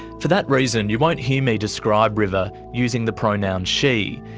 for that reason you won't hear me describe river using the pronoun she,